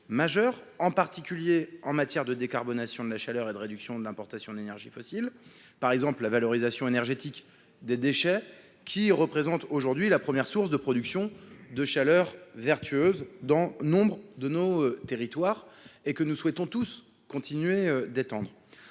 en particulier en matière de décarbonation de la production de chaleur et de réduction de l’importation d’énergies fossiles. La valorisation énergétique des déchets représente par exemple la première source de production de chaleur vertueuse dans nombre de nos territoires. Nous souhaitons tous continuer d’étendre